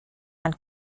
and